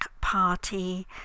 party